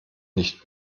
nicht